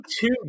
two